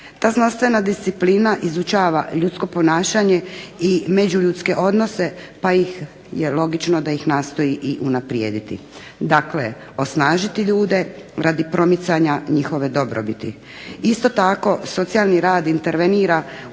TA znanstvena disciplina izučava ljudsko ponašanje i međuljudsko ponašanje pa je logično da ih nastoji unaprijediti. Dakle osnažiti ljude radi promicanja njihove dobrobiti. Isto tako socijalni rad intervenira u